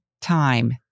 time